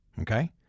Okay